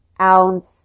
ounce